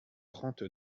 trente